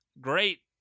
great